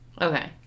Okay